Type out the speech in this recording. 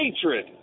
hatred